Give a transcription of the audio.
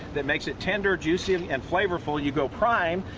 that makes it tender, juicy, and and flavorful, you go prime.